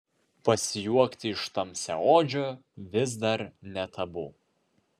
pasijuokti iš tamsiaodžio vis dar ne tabu